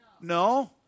No